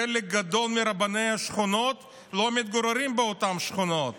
חלק גדול מרבני השכונות לא מתגוררים באותן שכונות.